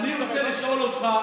אני רוצה לשאול אותך.